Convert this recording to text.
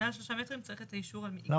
מעל שלושה מטרים צריך את האישור --- למה